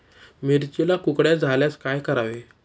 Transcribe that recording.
मिरचीला कुकड्या झाल्यास काय करावे?